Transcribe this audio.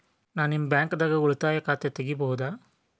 ನಾ ನಿಮ್ಮ ಬ್ಯಾಂಕ್ ದಾಗ ಉಳಿತಾಯ ಖಾತೆ ತೆಗಿಬಹುದ?